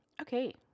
okay